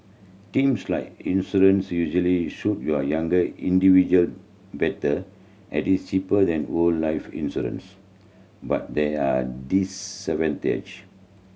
teams lie insurance usually suit you younger individual better at it is cheaper than whole life insurance but there are